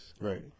Right